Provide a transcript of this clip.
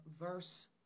verse